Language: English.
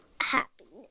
happiness